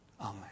Amen